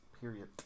Period